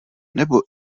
nebo